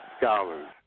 scholars